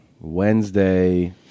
Wednesday